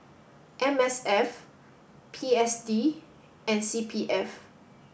M S F P S D and C P F